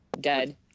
dead